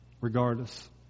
regardless